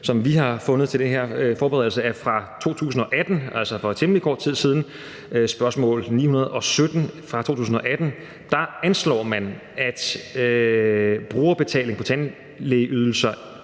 som vi har fundet til den her forberedelse, som er fra 2018, altså for temmelig kort tid siden – spørgsmål 917 fra 2018 – kan man se, at det anslås, at brugerbetalingen på tandlægeydelser